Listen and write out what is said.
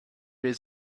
les